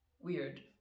weird